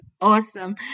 awesome